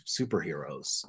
superheroes